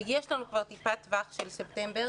ויש לנו כבר טיפת טווח של ספטמבר,